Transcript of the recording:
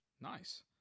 Nice